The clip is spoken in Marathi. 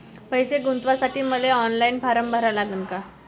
पैसे गुंतवासाठी मले ऑनलाईन फारम भरा लागन का?